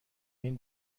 این